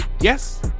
Yes